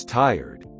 tired